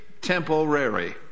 temporary